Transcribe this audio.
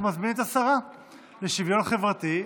אנחנו מזמינים את השרה לשוויון חברתי,